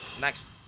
next